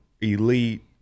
elite